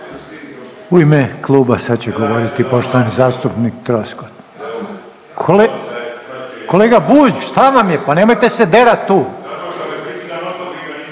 U ime kluba sad će govoriti poštovani zastupnik Troskot. Kolega Bulj šta vam je? Pa nemojte se derat tu!